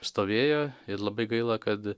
stovėjo ir labai gaila kad